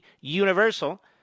Universal